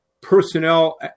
personnel